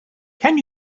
can